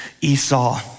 Esau